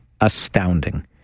astounding